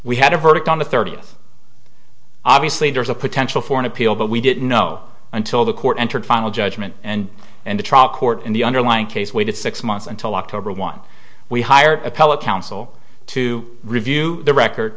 we had a verdict on the thirtieth obviously there is a potential for an appeal but we didn't know until the court entered final judgment and and the trial court in the underlying case waited six months until october one we hired appellate counsel to review the record